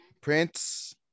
Prince